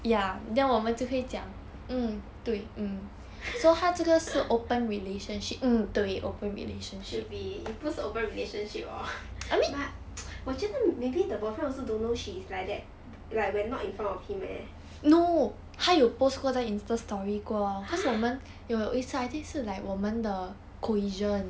should be 不是 open relationship hor but 我觉得 maybe the boyfriend also don't know she is like that like when not in front of him leh !huh!